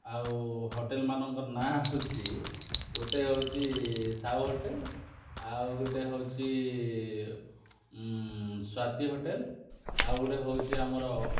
ଆଉ ହୋଟେଲ ମାନଙ୍କ ନା ହେଉଛି ଗୋଟେ ହେଉଛି ସାହୁ ହୋଟେଲ ଆଉ ଗୋଟେ ହେଉଛି ସ୍ଵାତି ହୋଟେଲ ଆଉ ଗୋଟେ ହେଉଛି ଆମର